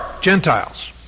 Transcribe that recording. Gentiles